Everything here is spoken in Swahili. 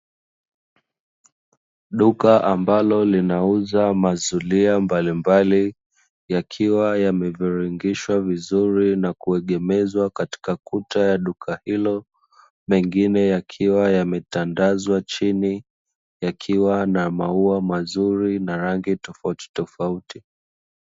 Duka ambalo linauza mazulia mbalimbali, yakiwa yameviringishwa vizuri na kuegemezwa katika kuta ya duka hilo, mengine yakiwa yametandazwa chini yakiwa na maua mazuri na rangi tofautitofauti.